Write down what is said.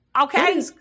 Okay